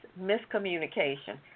miscommunication